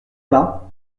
bas